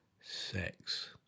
sex